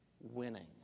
winning